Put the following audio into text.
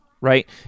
right